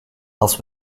als